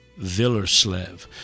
Villerslev